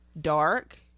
dark